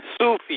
Sufi